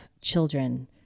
children